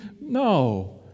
no